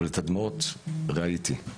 אבל את הדמעות ראיתי.